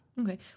Okay